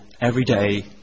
everyday